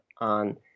on